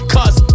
Cause